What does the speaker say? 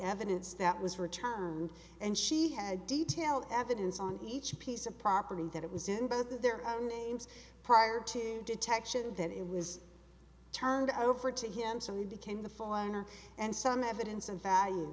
evidence that was returned and she had detailed evidence on each piece of property that it was in both of their prior to detection that it was turned over to him so he became the foreigner and some evidence of value